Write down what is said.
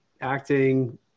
acting